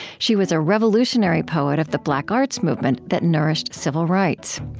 she was a revolutionary poet of the black arts movement that nourished civil rights.